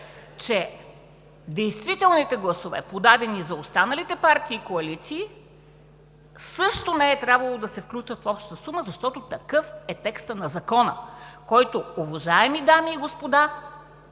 че действителните гласове, подадени за останалите партии и коалиции, също не е трябвало да се включват в общата сума, защото такъв е текстът на Закона, който, уважаеми дами и господа